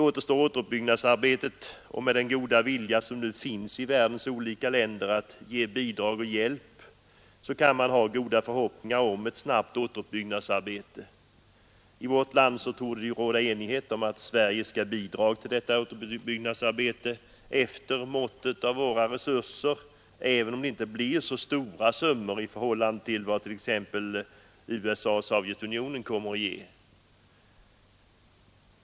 Återuppbyggnadsarbetet i Vietnam återstår, men med den goda vilja som nu finns i världens olika länder att ge bidrag och hjälp, kan man ha goda förhoppningar om ett snabbt återuppbyggnadsarbete. I vårt land torde det råda enighet om att Sverige skall bidra till återuppbyggnadsarbetet efter måttet av våra resurser, även om det inte blir så stora summor i förhållande till vad t.ex. USA och Sovjetunionen kommer att ge.